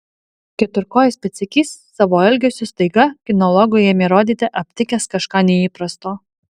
keturkojis pėdsekys savo elgesiu staiga kinologui ėmė rodyti aptikęs kažką neįprasto